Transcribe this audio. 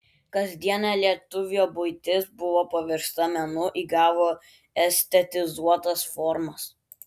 kasdienė lietuvio buitis buvo paversta menu įgavo estetizuotas formas